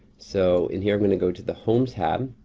so, in here i'm gonna go to the home tab.